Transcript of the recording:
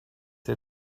der